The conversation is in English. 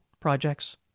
projects